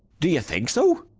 do you think so?